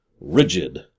Rigid